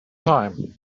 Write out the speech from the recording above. time